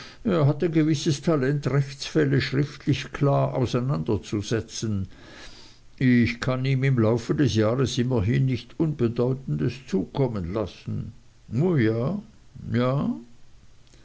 er hat ein gewisses talent rechtsfälle schriftlich klar auseinanderzusetzen ich kann ihm im laufe des jahres immerhin nicht unbedeutendes zukommen lassen o ja ja